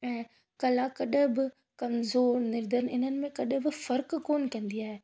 ऐं कला कॾहिं बि कमज़ोरु निर्धन इन्हनि में कॾहिं बि फ़र्क़ु कोन कंदी आहे